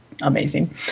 Amazing